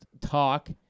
talk